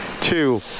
Two